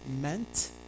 meant